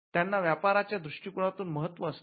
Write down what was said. त्यांना व्यापाराच्या दृष्टिकनातून महत्त्व असते